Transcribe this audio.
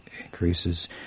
increases